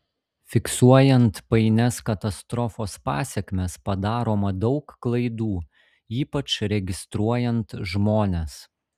fiksuojant painias katastrofos pasekmes padaroma daug klaidų ypač registruojant žmones